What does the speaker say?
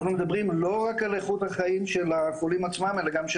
אנחנו מדברים לא רק על איכות החיים של החולים עצמם אלא גם של